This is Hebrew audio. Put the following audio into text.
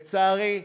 לצערי,